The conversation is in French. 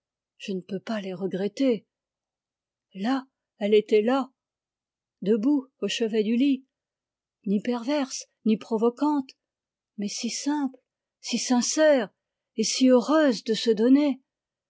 je ne peux pas les regretter là elle était là debout au chevet du lit ni perverse ni provocante mais si simple si sincère et si heureuse de se donner